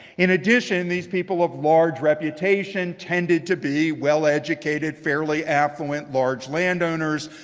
in addition these people of large reputation tended to be well-educated, fairly affluent, large landowners.